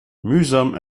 mühsam